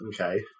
Okay